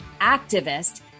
activist